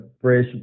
fresh